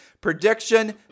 Prediction